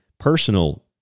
Personal